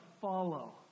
follow